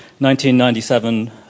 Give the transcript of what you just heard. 1997